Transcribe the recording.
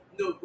no